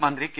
മന്ത്രി കെ